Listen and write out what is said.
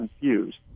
confused